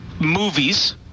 movies